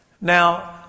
Now